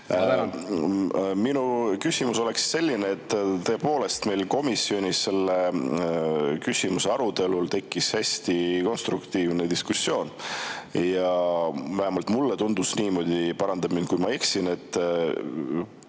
Minu küsimus oleks selline. Tõepoolest, meil tekkis komisjonis selle küsimuse arutelul hästi konstruktiivne diskussioon. Ja vähemalt mulle tundus niimoodi – paranda mind, kui ma eksin –, et